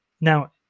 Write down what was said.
Now